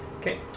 Okay